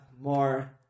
more